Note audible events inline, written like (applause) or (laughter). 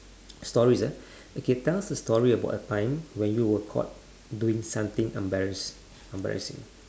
stories ya (breath) okay tell us a story about a time when you were caught doing something embarrass~ embarrassing